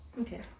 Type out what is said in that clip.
Okay